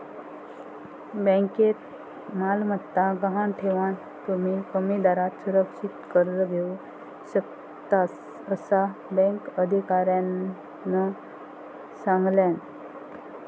बँकेत मालमत्ता गहाण ठेवान, तुम्ही कमी दरात सुरक्षित कर्ज घेऊ शकतास, असा बँक अधिकाऱ्यानं सांगल्यान